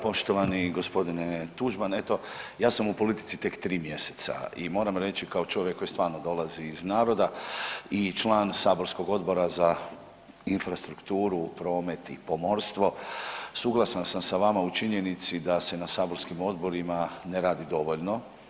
Poštovani gospodine Tuđman, eto ja sam u politici tek 3 mjeseca i moram reći kao čovjek koji stvarno dolazi iz naroda i član Saborskog odbora za infrastrukturu, promet i pomorstvo suglasan sam sa vama u činjenici da se na saborskim odborima ne radi dovoljno.